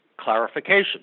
clarification